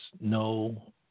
no –